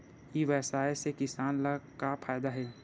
ई व्यवसाय से किसान ला का फ़ायदा हे?